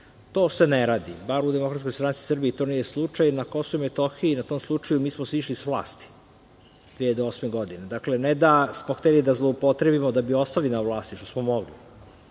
To se ne radi, bar u DSS i to nije slučaj. Na Kosovu i Metohiji, na tom slučaju, mi smo sišli s vlasti 2008. godine. Dakle, ne da smo hteli da zloupotrebimo da bi ostali na vlasti, što smo mogli,